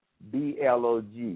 blog